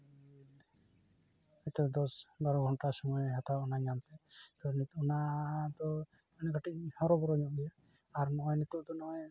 ᱱᱤᱛᱳᱜ ᱫᱚᱥ ᱵᱟᱨᱚ ᱜᱷᱚᱱᱴᱟ ᱥᱚᱢᱚᱭᱮ ᱦᱟᱛᱟᱣᱟ ᱚᱱᱟ ᱧᱟᱢᱛᱮ ᱛᱚ ᱱᱤᱛᱳᱜ ᱚᱱᱟ ᱫᱚ ᱠᱟᱹᱴᱤᱡ ᱦᱚᱨᱚᱵᱚᱨᱚ ᱧᱚᱜ ᱜᱮᱭᱟ ᱟᱨ ᱱᱚᱜᱼᱚᱭ ᱱᱤᱛᱳᱜ ᱱᱚᱜᱼᱚᱭ